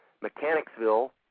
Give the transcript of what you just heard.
Mechanicsville